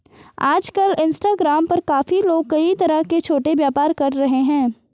आजकल इंस्टाग्राम पर काफी लोग कई तरह के छोटे व्यापार कर रहे हैं